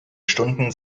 stunden